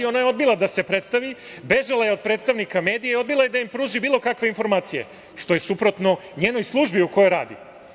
Ona je odbila da se predstavi, bežala je od predstavnika medija i odbila je da im pruži bilo kakve informacije, što je suprotno njenoj službi u kojoj radi.